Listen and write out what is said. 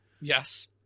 Yes